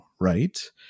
right